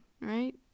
right